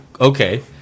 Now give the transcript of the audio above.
Okay